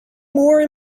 more